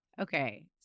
Okay